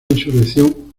insurrección